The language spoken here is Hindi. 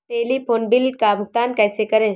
टेलीफोन बिल का भुगतान कैसे करें?